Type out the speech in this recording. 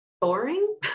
boring